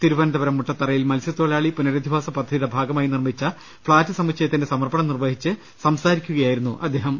തിരുവനന്തപുരം മുട്ടത്തറ യിൽ മത്സ്യത്തൊഴിലാളി പുനരധിവാസ പദ്ധതിയുടെ ഭാഗമായി നിർമ്മിച്ച ഫ്ളാറ്റ് സമുച്ചയത്തിന്റെ സമർപ്പണം നിർവ്വഹിച്ച് സംസാരിക്കുകയായിരുന്നു അദ്ദേഹം